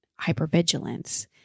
hypervigilance